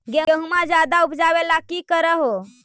गेहुमा ज्यादा उपजाबे ला की कर हो?